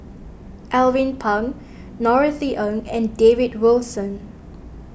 Alvin Pang Norothy Ng and David Wilson